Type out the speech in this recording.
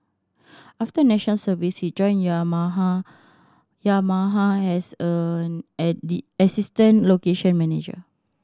after National Service he joined Yamaha Yamaha as a assistant location manager